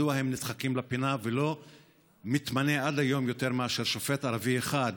מדוע הם נדחקים לפינה ולא מתמנה עד היום יותר מאשר שופט ערבי אחד